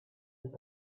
had